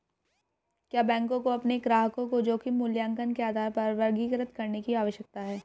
क्या बैंकों को अपने ग्राहकों को जोखिम मूल्यांकन के आधार पर वर्गीकृत करने की आवश्यकता है?